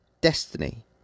destiny